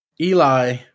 eli